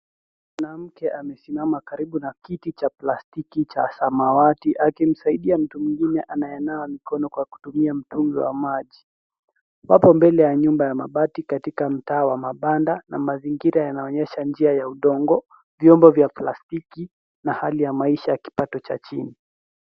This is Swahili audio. Mwanamke amesimama karibu na kiti cha plastiki cha samawati akimsaidia mtu mwingine anayenawa mikono kwa kutumia mtungi wa maji. Papo mbele nyumba ya mabati katika mtaa wa mabanda na mazingira yanaonyesha njia ya udongo, vyombo vya plastiki na hali ya maisha ya kipato cha chini.